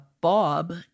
bob